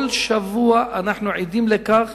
כל שבוע אנחנו עדים לכך